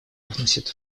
вносит